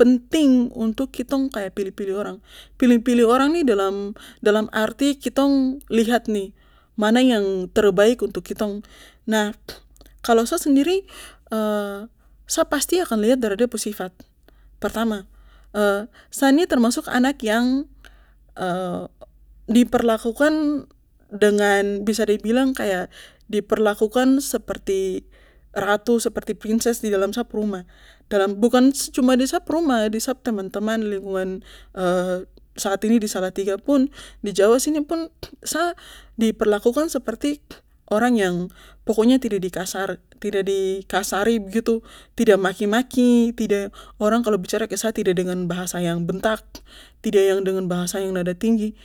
penting untuk kitong kaya pilih pilih orang, pilih pilih orang nih dalam dalam arti kitong lihat nih mana yang terbaik untuk kitong nah kalo sa sendiri sa pasti akan liat dari de pu sifat pertama sa ni anak yang di perlakukan dengan bisa di bilang kaya di perlukakan seperti ratu seperti princess di dalam sa pu rumah dalam bukan cuma di sa pu rumah di sa pu teman teman lingkungan saat ini salatiga pun di jawa sini pun sa di perlakukan seperti orang yang pokonya tidak di kasarin tidak di kasari begitu tidak di maki maki orang kalo bicara sama sa tidak dengan bahasa yang bentak tidak yang dengan bahasa nada tinggi